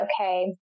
okay